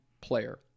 player